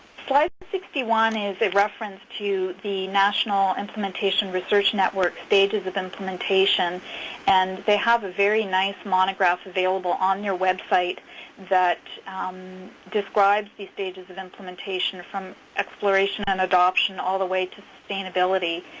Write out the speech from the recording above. slide sixty one is a reference to the national implementation research network stages of implementation and they have a very nice monograph available on our website that describes these stages of implementation from exploration and adoption all the way to sustainability.